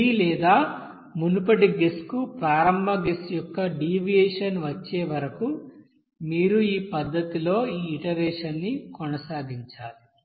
తుది లేదా మునుపటి గెస్ కు ప్రారంభ గెస్ యొక్క డీవియేషన్ వచ్చే వరకు మీరు ఈ పద్ధతిలో ఈ ఇటరేషన్ న్ని కొనసాగించాలి